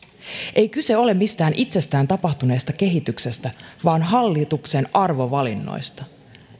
ei kyse ole mistään itsestään tapahtuneesta kehityksestä vaan hallituksen arvovalinnoista